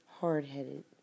Hard-headed